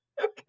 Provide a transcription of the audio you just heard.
Okay